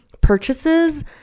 purchases